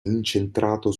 incentrato